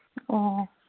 ꯑꯣ